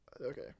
Okay